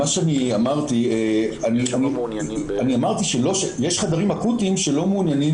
אמרתי שיש חדרים אקוטיים שלא מעוניינים